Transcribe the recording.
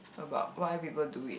how about what other people do it